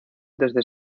desde